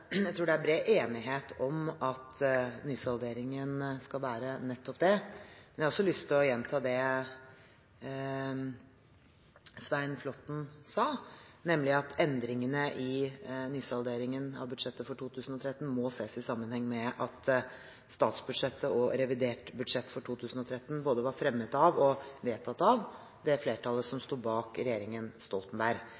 Jeg tror det er bred enighet om at nysalderingen skal være nettopp det, men jeg har også lyst til å gjenta det Svein Flåtten sa, nemlig at endringene i nysalderingen av budsjettet for 2013 må ses i sammenheng med at statsbudsjettet og revidert budsjett for